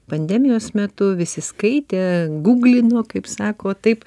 pandemijos metu visi skaitė gūglino kaip sako taip